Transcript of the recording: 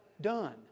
done